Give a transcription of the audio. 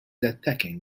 attacking